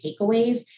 takeaways